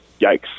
Yikes